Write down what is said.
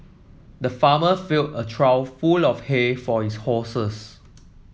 the farmer filled a trough full of hay for his horses